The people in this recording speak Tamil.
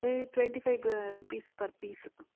இது twenty five rupees per piece